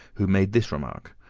who made this remark.